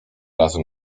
razem